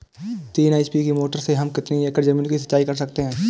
तीन एच.पी की मोटर से हम कितनी एकड़ ज़मीन की सिंचाई कर सकते हैं?